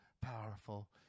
powerful